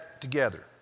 together